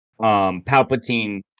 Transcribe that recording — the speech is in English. Palpatine